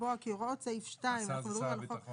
לקבוע כי הוראות סעיף 2 --- השר זה שר הביטחון,